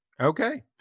okay